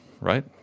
right